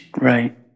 Right